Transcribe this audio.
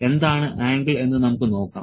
എന്താണ് ആംഗിൾ എന്ന് നമുക്ക് നോക്കാം